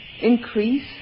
increase